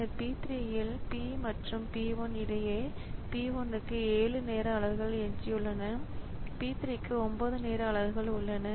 பின்னர் P 3 இல் P மற்றும் P 1 இடையே P 1 க்கு 7 நேர அலகுகள் எஞ்சியுள்ளன P 3 க்கு 9 நேர அலகுகள் உள்ளன